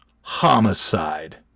homicide